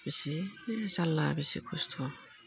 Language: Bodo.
बेसे जारला बेसे खस्थ'